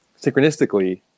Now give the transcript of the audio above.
synchronistically